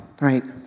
right